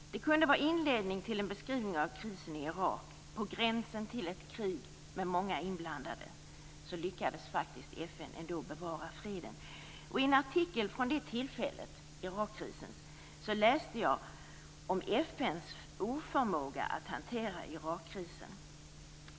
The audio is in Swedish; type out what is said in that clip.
Det kunde vara inledning till en beskrivning av krisen i Irak. På gränsen till ett krig med många inblandade lyckades FN ändå bevara freden. I en artikel från det tillfället - Irakkrisen - läste jag om FN:s oförmåga att hantera Irakkrisen.